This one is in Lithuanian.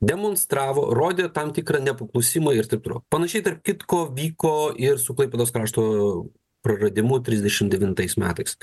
demonstravo rodė tam tikrą nepaklusimą ir taip toliau panašiai tarp kitko vyko ir su klaipėdos krašto praradimu trisdešim devintais metais